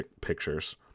Pictures